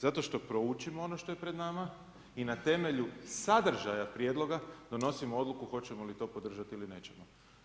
Zato što proučimo ono što je pred nama i na temelju sadržaja prijedloga donosimo odluku hoćemo li to podržati ili nećemo.